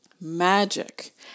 Magic